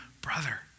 brother